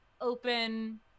open